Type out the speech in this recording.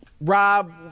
Rob